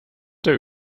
der